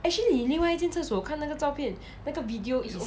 actually 你另外一间厕所看那个照片那个 video is